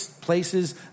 places